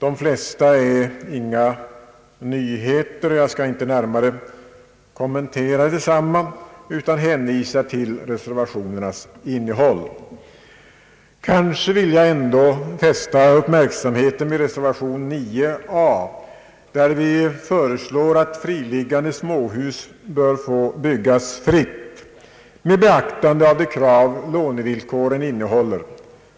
De flesta är inga nyheter och jag skall inte närmare kommentera desamma utan hänvisar till reservationernas innehåll. Kanske vill jag ändå fästa uppmärksamheten vid reservation 9 a, i vilken vi föreslår att friliggande småhus skall kunna byggas fritt med beaktande av de krav lånevillkoren innehåller